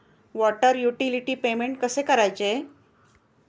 Water utility payment कसे करायचे?